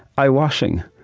i washing.